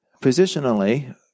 positionally